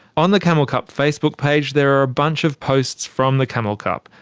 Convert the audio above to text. on the camel cup facebook page there are a bunch of posts from the camel cup.